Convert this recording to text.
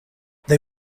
they